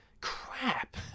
Crap